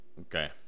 Okay